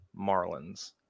Marlins